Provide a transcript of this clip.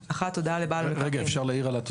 (1)הודעה לבעל מקרקעין לפי סעיף 26ד(ג) תימסר או